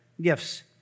gifts